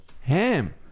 Ham